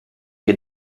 che